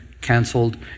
canceled